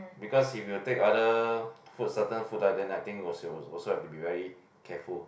because if you take other food certain food ah then I think it was it was also has be very careful